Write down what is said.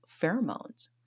pheromones